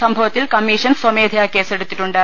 സംഭവത്തിൽ കമ്മിഷൻ സ്വമേധായ കേസെടുത്തിട്ടുണ്ട്